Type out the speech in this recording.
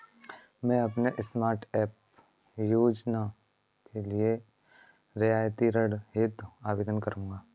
मैं अपने स्टार्टअप योजना के लिए रियायती ऋण हेतु आवेदन करूंगा